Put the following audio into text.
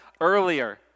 earlier